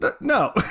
no